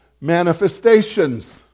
manifestations